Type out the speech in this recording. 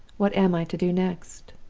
what am i to do next?